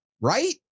right